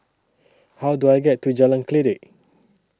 How Do I get to Jalan Kledek